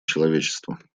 человечества